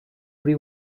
pre